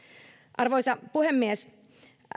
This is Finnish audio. arvoisa puhemies